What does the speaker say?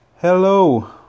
hello